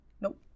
Nope